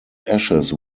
ashes